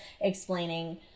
explaining